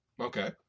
okay